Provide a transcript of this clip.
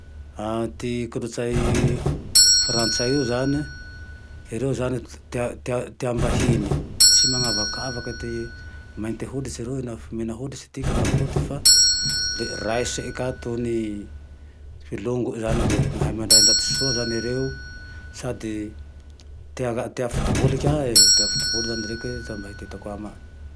Ty kolotsay frantsay io zane, ereo zane tea-team-bahiny, tsy manavakavaky ty mainte hoditsy na mena hoditsy tika na foty fa le raisiny ka tony mpilogoy zane le mahay mandray ndaty soa zane ereo sadty tea fotiboly kae, tea botiboly zane reke ty raha mba hitahitako amae